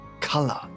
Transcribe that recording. color